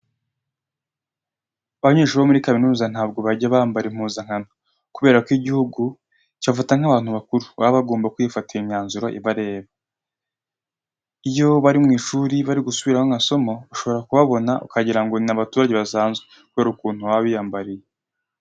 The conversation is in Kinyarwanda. Abanyeshuri bo muri kaminuza ntabwo bajya bambara impuzankano kubera ko igihugu kibafata nk'abantu bakuru baba bagomba kwifatira imyanzuro ibabereye. Iyo bari mu ishuri bari gusubiramo amasomo ushobora kubabona ukagira ngo ni abaturage basanzwe kubera ukuntu baba biyambariye.